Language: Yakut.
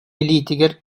илиитигэр